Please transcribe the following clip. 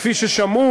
כפי ששמעו